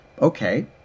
Okay